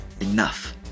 enough